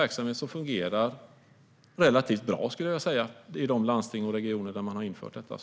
Verksamheten fungerar relativt bra i de landsting och regioner där detta har införts.